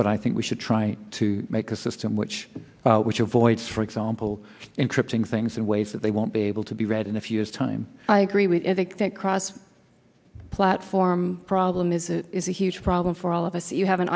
but i think we should try to make a system which which avoids for example encrypting things in ways that they won't be able to be read in a few years time i agree with that cross platform problem is it is a huge problem for all of us you have an